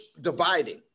dividing